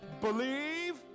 Believe